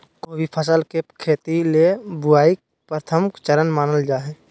कोय भी फसल के खेती ले बुआई प्रथम चरण मानल जा हय